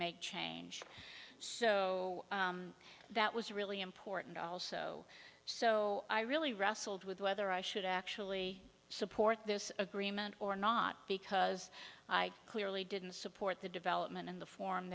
make change so that was really important also so i really wrestled with whether i should actually support this agreement or not because i clearly didn't support the development in the form